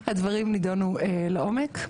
הדברים נדונו לעומק.